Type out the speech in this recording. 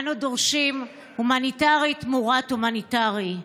אנו דורשים: הומניטרי תמורת הומניטרי.